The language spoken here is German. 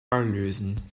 lösen